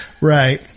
right